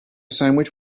sandwich